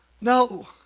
No